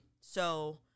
So-